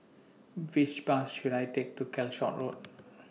Which Bus should I Take to Calshot Road